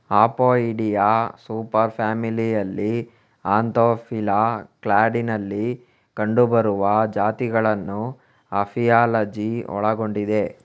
Apoidea super ಫ್ಯಾಮಿಲಿಯಲ್ಲಿ ಆಂಥೋಫಿಲಾ ಕ್ಲಾಡಿನಲ್ಲಿ ಕಂಡುಬರುವ ಜಾತಿಗಳನ್ನು ಅಪಿಯಾಲಜಿ ಒಳಗೊಂಡಿದೆ